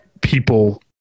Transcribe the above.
people